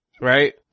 right